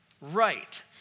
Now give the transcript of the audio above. right